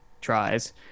tries